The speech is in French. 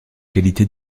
qualités